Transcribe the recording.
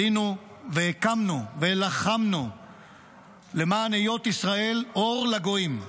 עלינו וקמנו ולחמנו למען היות ישראל אור לגויים.